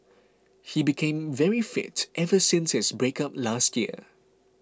he became very fit ever since his breakup last year